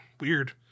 Weird